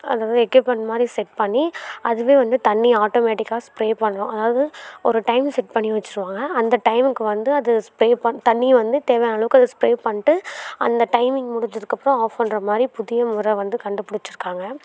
அது வந்து எக்யூப்மெண்ட் மாதிரி செட் பண்ணி அதுவே வந்து தண்ணி ஆட்டோமேட்டிக்காக ஸ்ப்ரே பண்ணும் அதாவது ஒரு டைம் செட் பண்ணி வைச்சுடுவாங்க அந்த டைமுக்கு வந்து அது ஸ்ப்ரே பண் தண்ணி வந்து தேவையான அளவுக்கு அது ஸ்ப்ரே பண்ணிட்டு அந்த டைமிங் முடிஞ்சதுக்கப்புறம் ஆஃப் பண்ணுற மாதிரி புதியமுறை வந்து கண்டுபிடிச்சுருக்காங்க